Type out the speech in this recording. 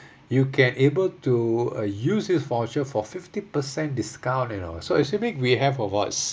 you can able to use this voucher for fifty percent discount you know so assuming we have about